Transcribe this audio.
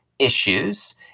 issues